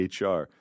HR